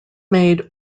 made